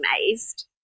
amazed